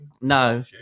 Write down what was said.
No